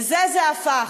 לזה זה הפך.